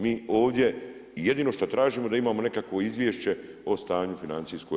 Mi ovdje jedino što tražimo da imamo nekakvo izvješće o stanju financijskoj RH.